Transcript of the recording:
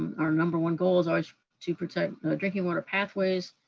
our number one goal is always to protect drinking water pathways,